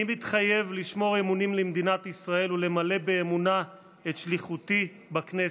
אני מתחייב לשמור אמונים למדינת ישראל ולמלא באמונה את שליחותי בכנסת.